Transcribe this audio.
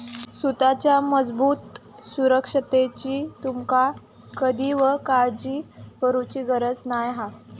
सुताच्या मजबूत सुरक्षिततेची तुमका कधीव काळजी करुची गरज नाय हा